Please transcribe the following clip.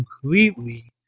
completely